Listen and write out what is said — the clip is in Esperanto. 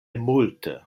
multe